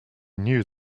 knew